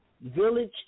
Village